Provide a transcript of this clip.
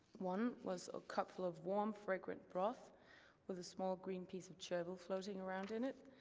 one was a cup full of warm, fragrant broth with a small, green piece of chervil floating around in it.